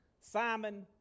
Simon